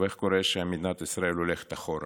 ואיך קורה שמדינת ישראל הולכת אחורה?